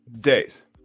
days